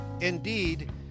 indeed